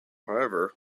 however